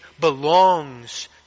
belongs